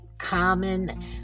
common